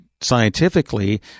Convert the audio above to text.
scientifically